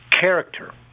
Character